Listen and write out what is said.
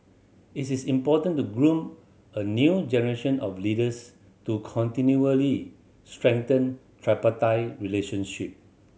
it is important to groom a new generation of leaders to continually strengthen tripartite relationship